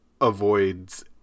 avoids